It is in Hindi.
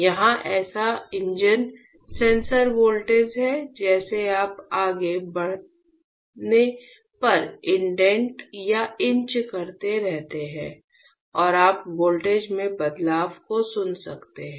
यहाँ ऐसा इंजन सेंसर वोल्टेज है जैसे आप आगे बढ़ने पर इंडेंट या इंच करते रहते हैं और आप वोल्टेज में बदलाव को सुन सकते हैं